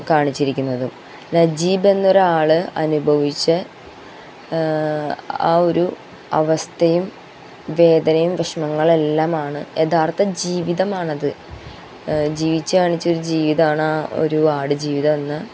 കാണിച്ചിരിക്കുന്നതും നജീബ് എന്നൊരാള് അനുഭവിച്ച ആ ഒരു അവസ്ഥയും വേദനയും വിഷമങ്ങളെല്ലാമാണ് യഥാര്ത്ഥ ജീവിതമാണത് ജീവിച്ച് കാണിച്ച ഒരു ജീവിതമാണ് ആ ഒരു ആടുജീവിതം എന്ന്